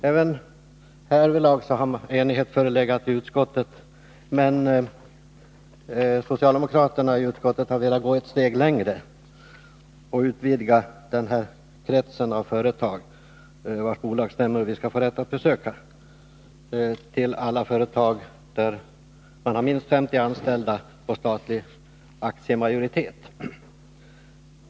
Även härvidlag har det förelegat enighet i utskottet, men socialdemokraterna i utskottet har velat gå ett steg längre och utvidga kretsen av företag, vilkas bolagsstämmor vi skall ha rätt att delta i, till att gälla alla företag med minst 50 anställda och statlig aktiemajoritet.